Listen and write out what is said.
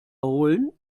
holen